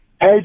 Hey